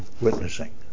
witnessing